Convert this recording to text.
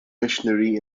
missionary